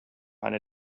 eine